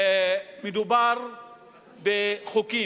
מדובר בחוקים,